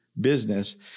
business